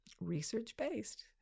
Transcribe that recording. research-based